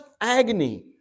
agony